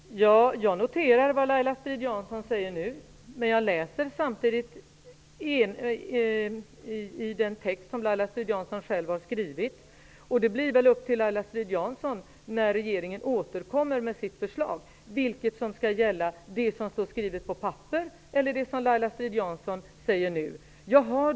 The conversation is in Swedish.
Herr talman! Jag noterar vad Laila Strid-Jansson säger nu, men jag läser samtidigt den text som hon själv har skrivit. Det är då hennes sak att tala om vad som skall gälla när regeringen återkommer med sitt förslag; om det är det som står skrivet på papper eller det som hon säger nu.